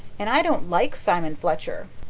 and i don't like simon fletcher.